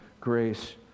grace